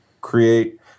create